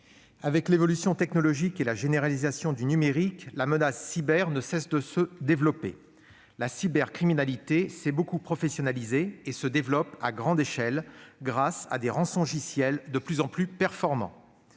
avec l'évolution technologique et la généralisation du numérique, la menace cyber ne cesse de se développer. La cybercriminalité s'est beaucoup professionnalisée et progresse à grande échelle grâce à des « rançongiciels » de plus en plus performants.